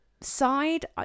side